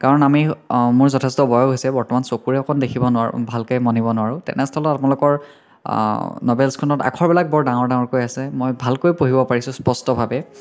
কাৰণ আমি মোৰ যথেষ্ট বয়স হৈছে বৰ্তমান চকুৰে অকণ দেখিব নোৱাৰোঁ ভালকে মনিব নোৱাৰোঁ তেনেস্থলত আপোনালোকৰ আখৰবিলাক বৰ ডাঙৰ ডাঙৰকৈ আছে মই ভালকৈ পঢ়িব পাৰিছোঁ স্পষ্টভাৱে